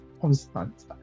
constant